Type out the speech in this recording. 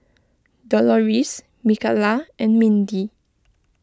Doloris Mikalah and Mindi